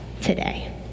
today